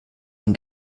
ein